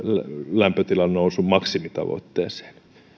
lämpötilan nousun maksimitavoitteeseen